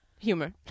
Humor